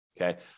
okay